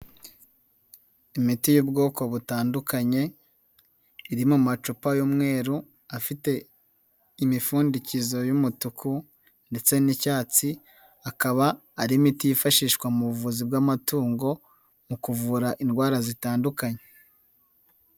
Imiti y'ubwoko butandukanye iri mu macupa y'umweru afite imipfundikizo y'umutuku ndetse n'icyatsi akaba ari imiti yifashishwa mu buvuzi bw'amatungo mu kuvura indwara zitandukanye.